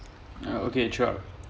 ah okay sure